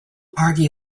argue